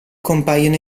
compaiono